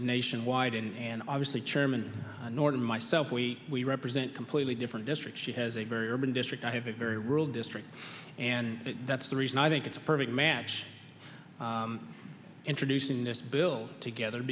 nationwide and obviously chairman norton myself we we represent completely different district she has a very urban district i have a very rural district and that's the reason i think it's a perfect match introducing this bill together